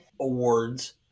awards